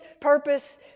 purpose